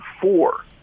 four